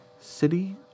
City